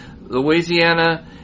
Louisiana